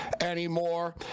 anymore